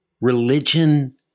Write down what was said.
religion